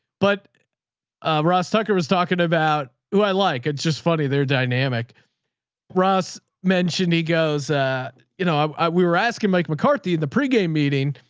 but ross tucker was talking about who i like. it's just funny. their dynamic russ mentioned. he goes, you know, um we were asking mike mccarthy in the pregame meeting,